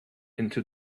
into